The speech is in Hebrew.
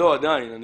אבל זה